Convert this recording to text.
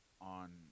on